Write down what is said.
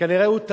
שכנראה הוא טעה,